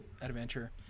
adventure